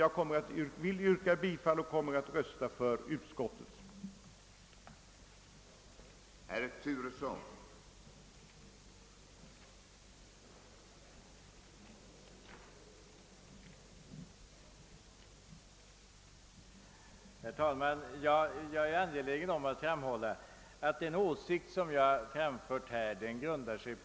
Jag yrkar bifall till och kommer att rösta för utskottets hemställan.